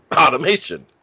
automation